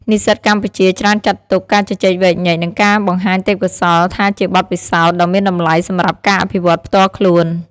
និស្សិតកម្ពុជាច្រើនចាត់ទុកការជជែកវែកញែក និងការបង្ហាញទេពកោសល្យថាជាបទពិសោធន៍ដ៏មានតម្លៃសម្រាប់ការអភិវឌ្ឍផ្ទាល់ខ្លួន។